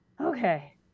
Okay